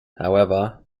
however